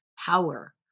power